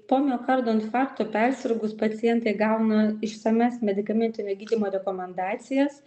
po miokardo infarkto persirgus pacientai gauna išsamias medikamentinio gydymo rekomendacijas